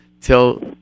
till